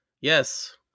Yes